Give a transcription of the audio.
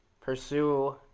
pursue